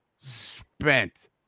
spent